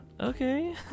okay